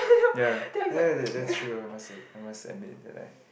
ya ya ya that's true I must I must admit that I